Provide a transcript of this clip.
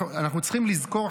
אנחנו צריכים לזכור,